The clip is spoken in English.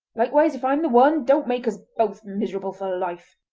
likewise, if i'm the one, don't make us both miserable for life